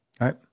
right